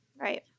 Right